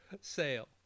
sale